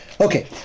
Okay